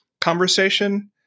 conversation